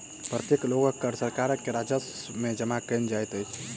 प्रत्येक लोकक कर सरकार के राजस्व में जमा कयल जाइत अछि